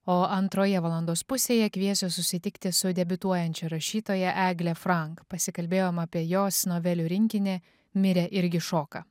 o antroje valandos pusėje kviesiu susitikti su debiutuojančia rašytoja egle frank pasikalbėjom apie jos novelių rinkinį mirė irgi šoka